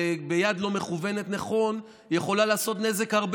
ביד שלא מכוונת נכון היא יכולה לעשות הרבה